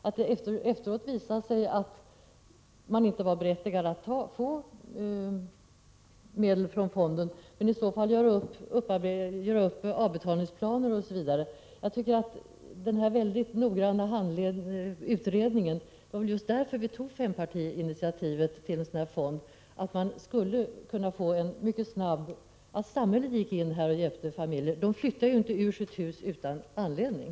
Om det efteråt kanske visar sig att den drabbade inte var berättigad att få medel från fonden, kunde man göra upp avbetalningsplaner osv. Vad gäller behovet av en mycket noggrann utredning vill jag säga att anledningen till att vi tog fempartiinitiativet var att det behövdes en sådan här fond för att samhället mycket snabbt skulle kunna hjälpa familjer. De flyttar ju inte ut ur sina hus utan anledning.